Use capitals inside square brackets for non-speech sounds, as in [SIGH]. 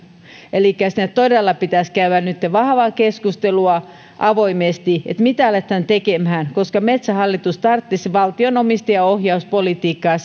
elikkä siitä todella pitäisi käydä nytten vahvaa keskustelua avoimesti mitä aletaan tekemään koska metsähallitus tarvitsisi valtion omistajaohjauspolitiikkaa [UNINTELLIGIBLE]